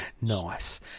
Nice